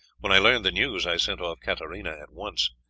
when i learned the news i sent off katarina at once.